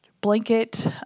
blanket